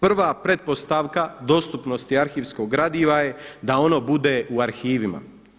Prva pretpostavka dostupnosti arhivskog gradiva je da ono bude u arhivima.